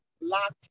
locked